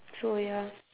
so ya